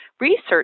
research